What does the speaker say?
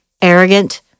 arrogant